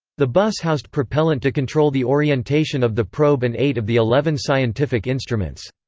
the bus housed propellant to control the orientation of the probe and eight of the eleven scientific instruments.